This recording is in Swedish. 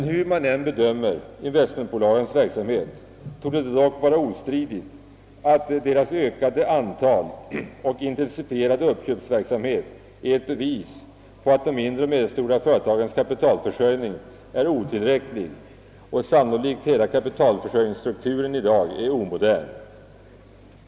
Hur man än bedömer investmentsbolagens verksamhet torde det dock vara ostridigt att deras ökade antal och intensifierade uppköpsverksamhet är ett bevis på att de mindre och medelstora företagens kapitalförsörjning är otillräcklig och att sannolikt hela kapitalförsörjningsstrukturen är omodern.